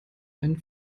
einen